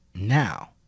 Now